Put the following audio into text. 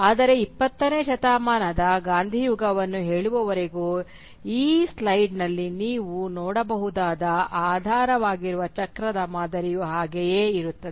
ಆದರೆ 20 ನೇ ಶತಮಾನದ ಗಾಂಧಿ ಯುಗವನ್ನು ಹೇಳುವವರೆಗೂ ಈ ಸ್ಲೈಡ್ನಲ್ಲಿ ನೀವು ನೋಡಬಹುದಾದ ಆಧಾರವಾಗಿರುವ ಚಕ್ರದ ಮಾದರಿಯು ಹಾಗೆಯೇ ಇರುತ್ತದೆ